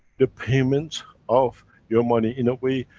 the payment of your money, in a way,